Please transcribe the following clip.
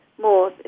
more